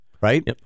right